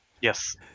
Yes